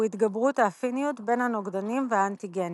התגברות האפיניות בין הנוגדנים והאנטיגנים.